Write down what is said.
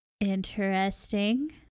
interesting